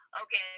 Okay